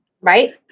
Right